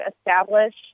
establish